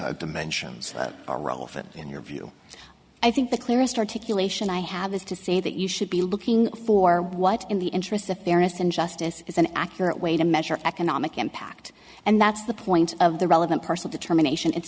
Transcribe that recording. different dimensions of it in your view i think the clearest articulation i have is to say that you should be looking for what in the interests of fairness and justice is an accurate way to measure economic impact and that's the point of the relevant person determination it's